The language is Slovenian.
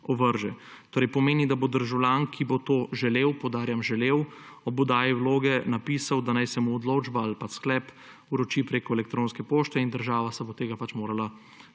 ovrže. To pomeni, da bo državljan, ki bo to želel, poudarjam – želel, ob oddaji vloge napisal, da naj se mu odločba ali pa sklep vroči preko elektronske pošte; in država se bo tega morala